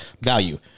value